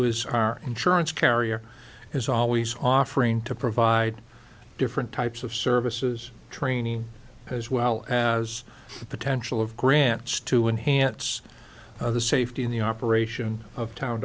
is our insurance carrier is always offering to provide different types of services training as well as the potential of grants to enhance the safety in the operation of town